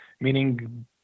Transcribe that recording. meaning